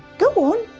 go on.